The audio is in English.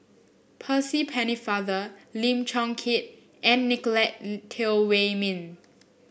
Percy Pennefather Lim Chong Keat and Nicolette Teo Wei Min